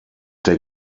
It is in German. der